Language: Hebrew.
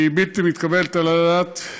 היא בלתי מקובלת על הדעת.